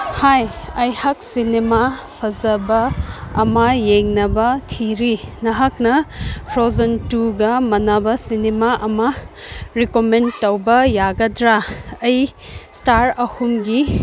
ꯍꯥꯏ ꯑꯩꯍꯥꯛ ꯁꯤꯅꯦꯃꯥ ꯐꯖꯕ ꯑꯃ ꯌꯦꯡꯅꯕ ꯊꯤꯔꯤ ꯅꯍꯥꯛꯅ ꯐ꯭ꯔꯣꯖꯟ ꯇꯨꯒ ꯃꯥꯟꯅꯕ ꯁꯤꯅꯦꯃꯥ ꯑꯃ ꯔꯤꯀꯃꯦꯟ ꯇꯧꯕ ꯌꯥꯒꯗ꯭ꯔꯥ ꯑꯩ ꯏꯁꯇꯥꯔ ꯑꯍꯨꯝꯒꯤ